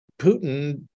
Putin